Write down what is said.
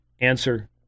Answer